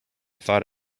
thought